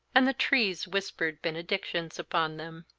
and the trees whispered benedictions upon them.